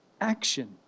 action